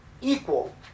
equal